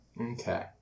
Okay